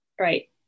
Right